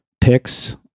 picks